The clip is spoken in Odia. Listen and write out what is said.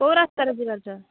କେଉଁ ରାସ୍ତାରେ ଯିବାର ଚ